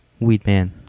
Weedman